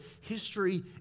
history